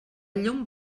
llum